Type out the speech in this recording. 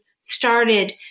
started